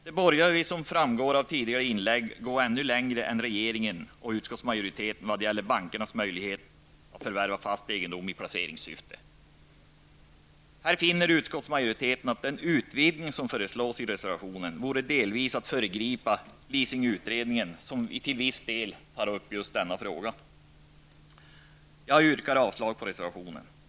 De borgerliga vill, som framgår av tidigare inlägg, gå ännu längre än regeringen och utskottsmajoriteten vad gäller bankernas möjlighet att förvärva fast egendom i placeringssyfte. Här finner utskottsmajoriteten att den utvidgning som föreslås i reservationen vore delvis att föregripa leasingutredningen, som till viss del tar upp denna fråga. Jag yrkar avslag på reservationen.